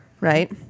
right